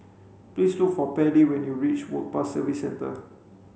please look for Pairlee when you reach Work Pass Services Centre